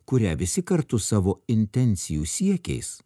kurią visi kartu savo intencijų siekiais